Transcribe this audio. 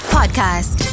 Podcast